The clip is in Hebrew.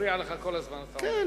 מפריע לך כל הזמן, אתה אומר.